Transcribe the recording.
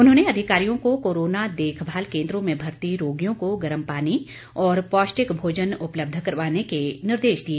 उन्होंने अधिकारियों को कोरोना देखभाल केन्द्रों में भर्ती रोगियों को गर्म पानी और पौष्टिक भोजन उपलब्ध करवाने के निर्देश दिए